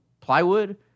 plywood